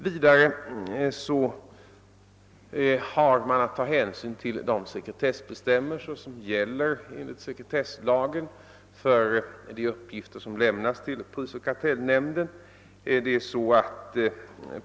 Vidare har man att ta hänsyn till de sekretessbestämmelser som enligt sekretesslagen gäller för de uppgifter som lämnas till prisoch kartellnämnden.